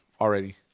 already